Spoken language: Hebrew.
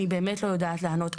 אני באמת לא יודעת לענות.